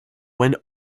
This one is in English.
when